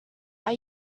are